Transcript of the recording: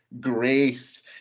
grace